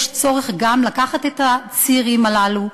יש צורך גם לקחת את הצעירים הללו,